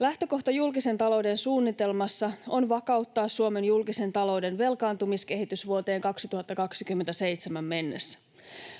Lähtökohta julkisen talouden suunnitelmassa on vakauttaa Suomen julkisen talouden velkaantumiskehitys vuoteen 2027 mennessä.